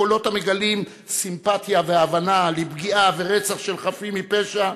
קולות המגלים סימפתיה והבנה לפגיעה ורצח של חפים מפשע,